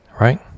Right